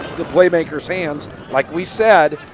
the play makers hands, like we said,